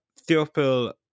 Theophil